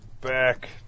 back